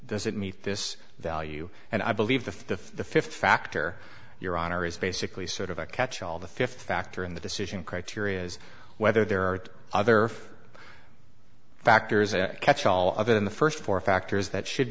this it meet this value and i believe the fifth factor your honor is basically sort of a catch all the fifth factor in the decision criteria is whether there are other factors a catch all of it in the first four factors that should